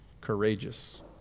Courageous